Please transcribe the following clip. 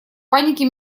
панике